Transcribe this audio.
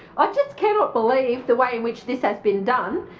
i just cannot believe the way in which this has been done.